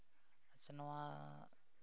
ᱥᱮ ᱱᱚᱣᱟ